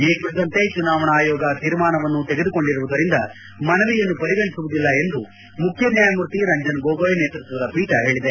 ಈ ಕುರಿತಂತೆ ಚುನಾವಣಾ ಆಯೋಗ ತೀರ್ಮಾನವನ್ನೂ ತೆಗೆದುಕೊಂಡಿರುವುದರಿಂದ ಮನವಿಯನ್ನು ಪರಿಗಣಿಸುವುದಿಲ್ಲ ಎಂದು ಮುಖ್ಯ ನ್ಡಾಯಮೂರ್ತಿ ರಂಜನ್ ಗೊಗೊಯ್ ನೇತೃತ್ವದ ಪೀಠ ಹೇಳಿದೆ